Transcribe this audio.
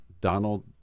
Donald